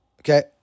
Okay